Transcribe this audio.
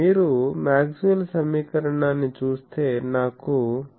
మీరు మాక్స్వెల్ సమీకరణాన్ని చూస్తే నాకు ∇